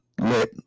let